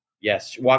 Yes